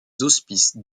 hospices